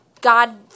God